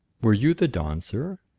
were you the don, sir?